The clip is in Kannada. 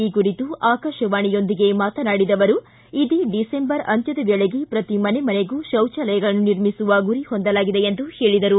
ಈ ಕುರಿತು ಆಕಾಶವಾಣಿಯೊಂದಿಗೆ ಮಾತನಾಡಿದ ಅವರು ಇದೇ ಡಿಸೆಂಬರ್ ಅಂತ್ಯದ ವೇಳೆಗೆ ಪ್ರತಿ ಮನೆ ಮನೆಗೂ ಶೌಚಾಲಯಗಳನ್ನು ನಿರ್ಮಿಸುವ ಗುರಿ ಹೊಂದಲಾಗಿದೆ ಎಂದು ಹೇಳಿದರು